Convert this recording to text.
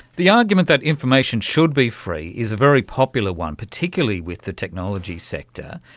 the argument that information should be free is a very popular one, particularly with the technology sector.